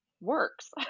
works